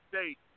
State